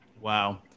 wow